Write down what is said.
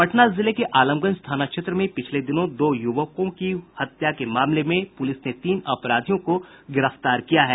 पटना जिले के आलमगंज थाना क्षेत्र में पिछले दिनों दो युवकों की हत्या के मामले में पुलिस ने तीन अपराधियों को गिरफ्तार किया है